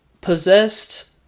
possessed